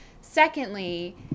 Secondly